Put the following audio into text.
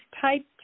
typed